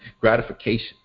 gratification